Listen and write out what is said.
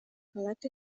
collect